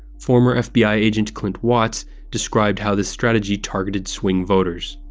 former fbi agent clint watts described how this strategy targeted swing-voters.